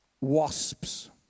wasps